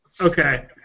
Okay